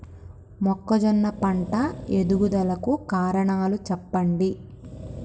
మొక్కజొన్న పంట ఎదుగుదల కు కారణాలు చెప్పండి?